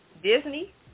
Disney